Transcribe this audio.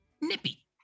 Nippy